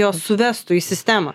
jos suvestų į sistemą